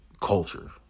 Culture